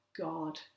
God